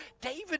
David